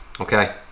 Okay